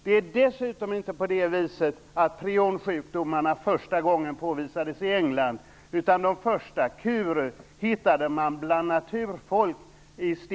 Det är dessutom inte så att prionsjukdomarna första gången påvisades i England. De första fallen av kuru hittade man bland naturfolk i